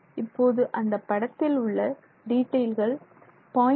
இப்போது அந்தப் படத்தில் உள்ள டீட்டைல்கள் 0